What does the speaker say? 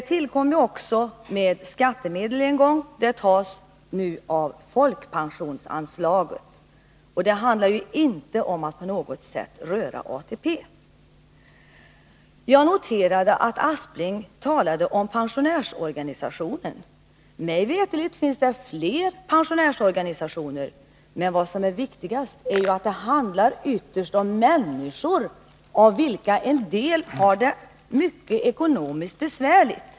Det tillkom en gång med finansiering genom skattemedel, men bekostas nu av folkpensionsanslaget. Det handlar inte om att på något sätt röra ATP. Jag noterade att Sven Aspling talade om pensionärsorganisationen. Mig veterligt finns det flera pensionärsorganisationer. Men det som är viktigast är att det ytterst handlar om människor, av vilka en del har det mycket besvärligt ekonomiskt.